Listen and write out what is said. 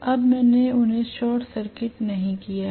अब मैंने उन्हें शार्ट सर्किट नहीं किया है